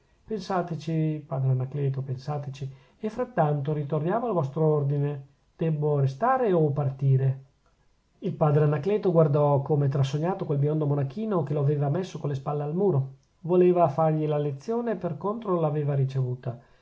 pensateci padre anacleto pensateci e frattanto ritorniamo al vostro ordine debbo restare o partire il padre anacleto guardò come trasognato quel biondo monachino che lo aveva messo con le spalle al muro voleva fargli la lezione e per contro l'aveva ricevuta